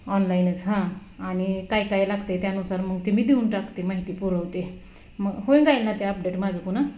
ऑनलाईनच हां आणि काय काय लागतं आहे त्यानुसार मग ते मी देऊन टाकते माहिती पुरवते मग होऊन जाईल ना ते अपडेट माझं पूर्ण